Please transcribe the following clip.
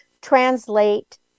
translate